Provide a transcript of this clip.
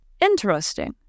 Interesting